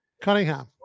Cunningham